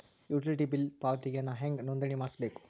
Utility bill ಪಾವತಿಗೆ ನಾ ಹೆಂಗ್ ನೋಂದಣಿ ಮಾಡ್ಸಬೇಕು?